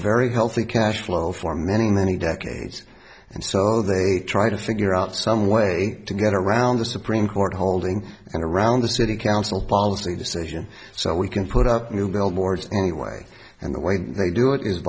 very healthy cash flow for many many decades and so they try to figure out some way to get around the supreme court holding and around the city council policy decision so we can put up new billboards anyway and the way they do i